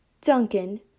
Duncan